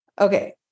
Okay